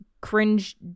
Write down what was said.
cringe